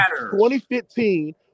2015